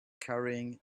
carrying